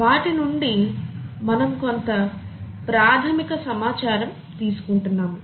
వాటి నుండి మనం కొంత ప్రాథమిక సమాచారం తీసుకుంటున్నాము